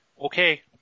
Okay